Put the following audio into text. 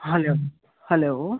hello hello